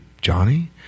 johnny